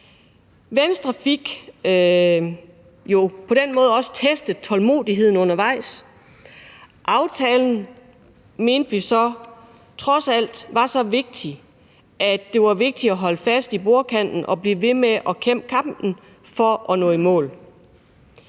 Venstre fik jo på den måde også testet tålmodigheden undervejs. Aftalen mente vi så, trods alt, var så vigtig, at det var vigtigt at holde fast i bordkanten og blive ved med at kæmpe kampen for at nå i mål.